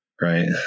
right